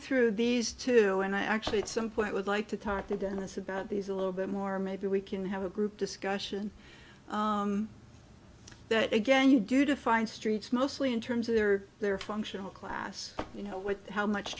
through these two and i actually it's simple i would like to talk to dennis about these a little bit more maybe we can have a group discussion that again you do to find streets mostly in terms of their their functional class you know what how much